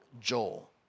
Joel